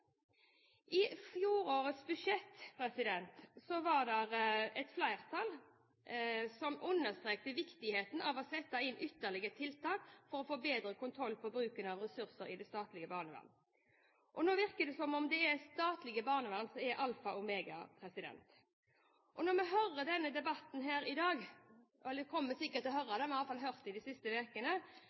I fjorårets budsjett var det et flertall som understreket viktigheten av å sette inn ytterligere tiltak for å få bedre kontroll på bruken av ressurser i det statlige barnevernet. Og nå virker det som om det er statlig barnevern som er alfa og omega. Vi kommer i debatten sikkert til å høre – og har hørt det de siste